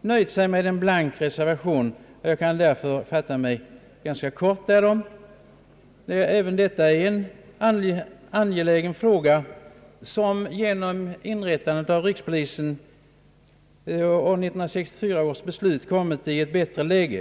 nöjt sig med en blank reservation, och därför kan jag fatta mig ganska kort på den punkten. Även detta är en angelägen fråga, som genom 1964 års beslut om inrättande av rikspolisstyrelsen kommit i ett bättre läge.